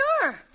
sure